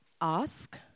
ask